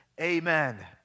amen